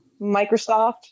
Microsoft